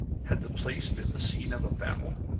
had the place been the scene of a battle?